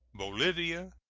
bolivia,